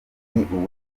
tuzafatanya